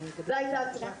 זו הייתה התשובה.